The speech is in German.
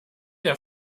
der